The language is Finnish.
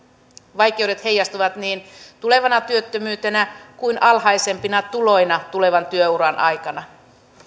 vaikeudet heijastuvat niin tulevana työttömyytenä kuin alhaisempia tuloina tulevan työuran aikana